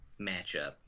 matchup